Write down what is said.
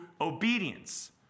obedience